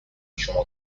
شما